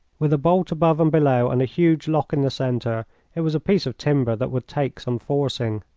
with a bolt above and below and a huge lock in the centre it was a piece of timber that would take some forcing.